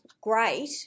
great